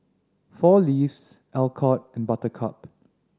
Four Leaves Alcott and Buttercup